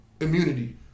immunity